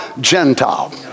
Gentile